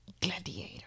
Gladiator